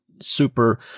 super